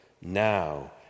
Now